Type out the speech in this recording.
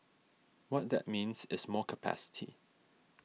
what that means is more capacity